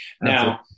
Now